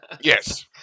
yes